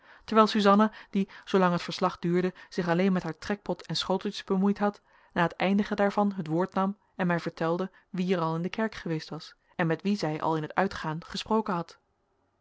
terwijl suzanna die zoo lang het verslag duurde zich alleen met haar trekpot en schoteltjes bemoeid had na het eindigen daarvan het woord nam en mij vertelde wie er al in de kerk geweest was en met wie zij al in het uitgaan gesproken had